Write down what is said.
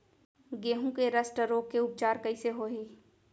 गेहूँ के रस्ट रोग के उपचार कइसे होही?